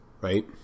Right